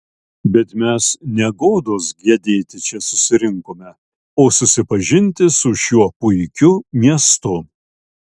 bet mes ne godos gedėti čia susirinkome o susipažinti su šiuo puikiu miestu